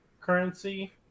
currency